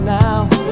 now